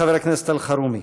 חבר הכנסת אלחרומי.